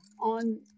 on